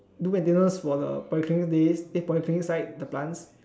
do maintenance for the polyclinic place the polyclinic side the plants